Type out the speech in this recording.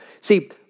See